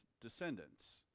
descendants